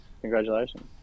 congratulations